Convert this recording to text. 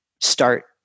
start